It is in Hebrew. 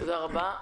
תודה רבה.